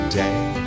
day